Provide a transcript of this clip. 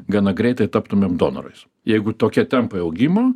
gana greitai taptumėm donorais jeigu tokie tempai augimo